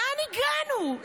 לאן הגענו?